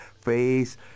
face